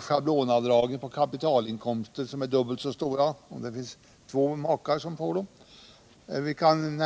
Schablonavdragen på kapitalinkomster är dubbelt så stora om det är två makar som får göra dem.